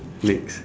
next